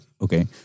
okay